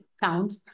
count